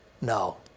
No